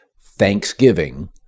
Thanksgiving